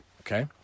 Okay